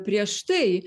prieš tai